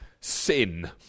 sin